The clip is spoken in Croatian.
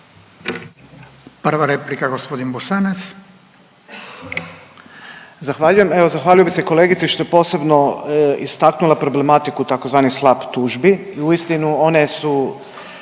Prva replika gospodin Bosanac.